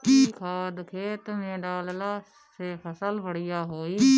इ खाद खेत में डालला से फसल बढ़िया होई